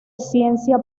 ciencia